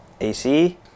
AC